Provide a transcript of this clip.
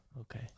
Okay